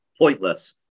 pointless